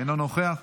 אינו נוכח,